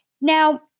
Now